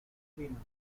chino